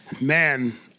man